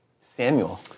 Samuel